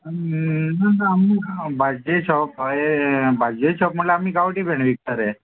ना आमी भाजये शॉप हय भाजये शॉप म्हणल्यार आमी गांवठी भेंडे विकता रे